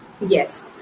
Yes